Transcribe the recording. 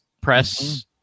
press